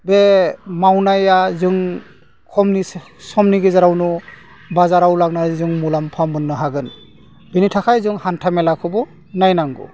बे मावनाया जों खम समनि गेजेरावनो बाजाराव लांनाय जों मुलाम्फा मोन्नो हागोन बेनि थाखाय जों हान्था मेलाखौबो नायनांगौ